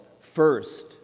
first